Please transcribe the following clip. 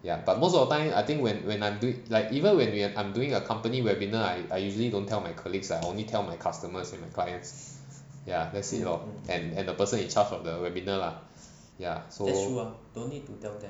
ya but most of the time I think when when I'm doing like even when we are I'm doing a company webinar I I usually don't tell my colleagues ah I only tell my customers and my clients ya that's it lor and and the person in charge of the webinar lah ya so